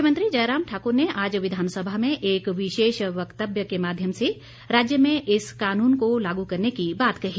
मुख्यमंत्री जयराम ठाकुर ने आज विधानसभा में एक विशेष व्यक्तव्य के माध्यम से राज्य में इस कानून को लागू करने की बात कही